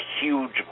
huge